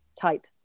type